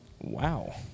Wow